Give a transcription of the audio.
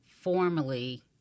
formally